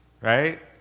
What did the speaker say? right